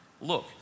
look